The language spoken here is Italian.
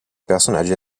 personaggi